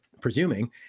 presuming